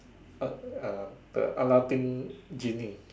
a a a Aladdin genie